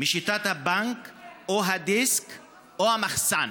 משיטת הבנק או הדיסק או המחסן